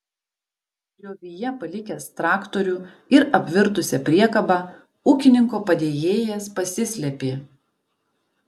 griovyje palikęs traktorių ir apvirtusią priekabą ūkininko padėjėjas pasislėpė